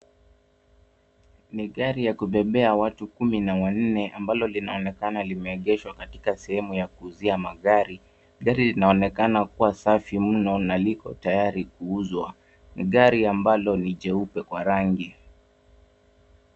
Ni gari ya kupepea watu kumi na nne ambalo linaonekana limeegeshwa katika sehemu ya kuuzia magari. Gari linaonekana kuwa safi mno na liko tayari kuuzwa. Gari ambalo ni jeupe kwa rangi.